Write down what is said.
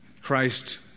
Christ